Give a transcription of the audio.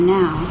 now